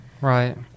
Right